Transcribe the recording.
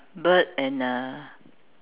bird and a